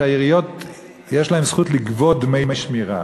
שלעיריות יש זכות לגבות דמי שמירה.